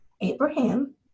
Abraham